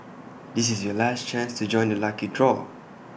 this is your last chance to join the lucky draw